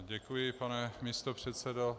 Děkuji, pane místopředsedo.